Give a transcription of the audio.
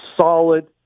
solid